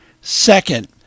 Second